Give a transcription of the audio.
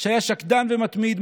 שהיה שקדן ומתמיד,